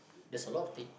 there's a lot of thing